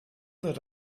that